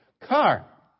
car